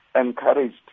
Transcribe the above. encouraged